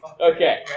Okay